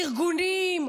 ארגונים,